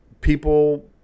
people